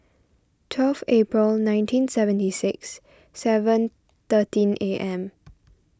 twelve April nineteen seventy six seven thirteen A M